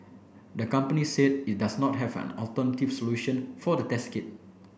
the company said it does not have an alternative solution for the test kit